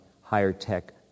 higher-tech